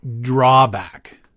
drawback